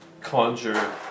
conjure